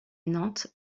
nantes